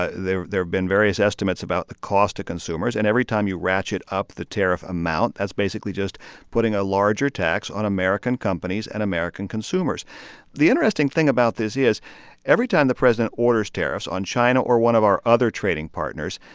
ah there have been various estimates about the cost to consumers, and every time you ratchet up the tariff amount, that's basically just putting a larger tax on american companies and american consumers the interesting thing about this is every time the president orders tariffs on china or one of our other trading partners,